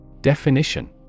Definition